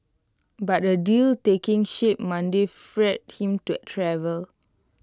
but A deal taking shape Monday freed him to IT travel